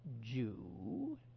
Jew